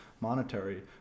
monetary